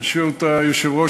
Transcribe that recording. ברשות היושב-ראש,